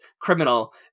criminal